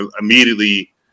immediately